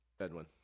Edwin